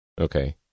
Okay